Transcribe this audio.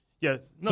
yes